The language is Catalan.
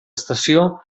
estació